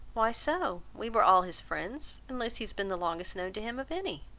why so we were all his friends, and lucy has been the longest known to him of any.